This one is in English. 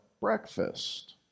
breakfast